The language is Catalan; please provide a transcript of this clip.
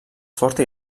forta